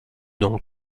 donc